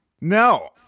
No